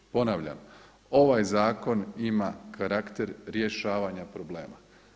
Ponavljam ovaj zakon ima karakter rješavanja problema.